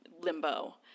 limbo